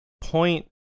point